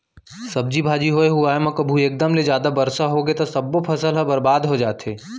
सब्जी भाजी होए हुवाए म कभू एकदम ले जादा बरसा होगे त सब्बो फसल ह बरबाद हो जाथे